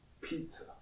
Pizza